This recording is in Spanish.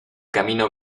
camino